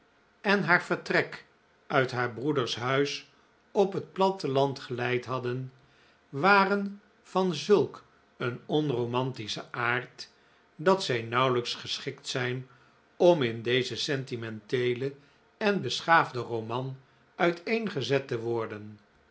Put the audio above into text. en haar vertrek uit haar broeders huis op het platteland geleid hadden waren van zulk een onromantischen aard dat zij nauwelijks geschikt zijn om in dezen sentimenteelen en beschaafden roman uiteengezet te worden